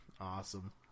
awesome